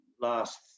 last